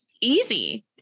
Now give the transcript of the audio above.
easy